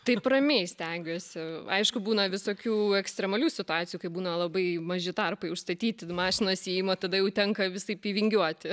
taip ramiai stengiuosi aišku būna visokių ekstremalių situacijų kai būna labai maži tarpai užstatyti mašinos įėjimo tada jau tenka visaip įvingiuoti